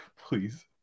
Please